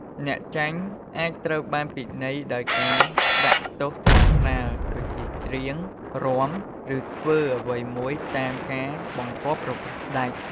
អ្នកចាញ់អាចត្រូវបានពិន័យដោយការដាក់ទោសស្រាលៗ ដូចជាច្រៀង រាំ ឬធ្វើអ្វីមួយតាមការបង្គាប់របស់ស្តេច។